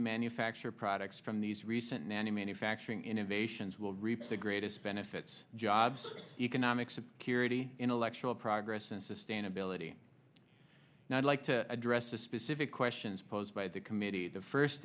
manufacture products from these recent nano manufacturing innovations will reap the greatest benefits jobs economic security intellectual progress and sustainability and i'd like to address the specific questions posed by the committee the first